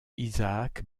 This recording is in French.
isaac